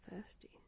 thirsty